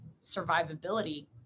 survivability